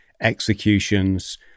executions